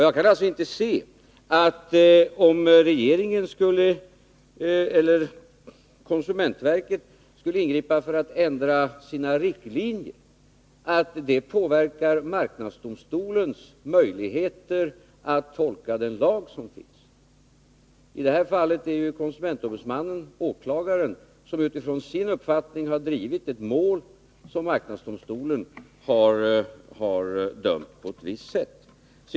Jag kan inte se att marknadsdomstolens möjligheter att tolka den lag som finns skulle påverkas av att konsumentverket ändrade sina riktlinjer. I detta fall är konsumentombudsmannen åklagaren, som utifrån sin uppfattning har drivit ett mål i vilket marknadsdomstolen har dömt på ett visst sätt.